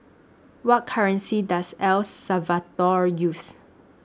What currency Does El Salvador use